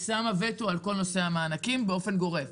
שמה וטו על כל נושא המענקים באופן גורף.